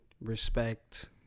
respect